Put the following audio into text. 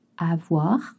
avoir